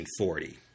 1940